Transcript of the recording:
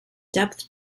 depth